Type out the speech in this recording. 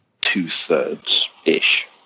two-thirds-ish